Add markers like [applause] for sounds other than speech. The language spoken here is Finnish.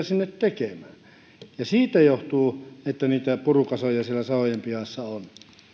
[unintelligible] sinne tekemään siitä johtuu että niitä purukasoja siellä sahojen pihassa on